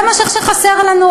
זה מה שחסר לנו?